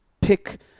pick